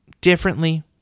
differently